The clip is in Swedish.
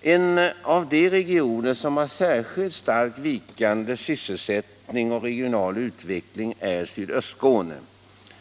En av de regioner som har en särskilt starkt vikande sysselsättning och regional utveckling är sydöstra Skåne.